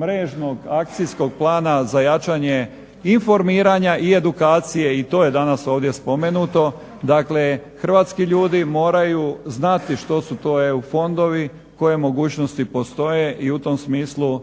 mrežnog akcijskog plana za jačanje informiranja i edukacije i to je danas ovdje spomenuto. Dakle hrvatski ljudi moraju znati što su to EU fondovi, koje mogućnosti postoje i u tom smislu